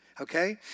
okay